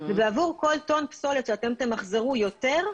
ובעבור כל טון פסולת שתמחזרו יותר,